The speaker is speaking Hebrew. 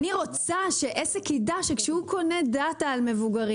אני רוצה שעסק יידע שכשהוא קונה דאטה על מבוגרים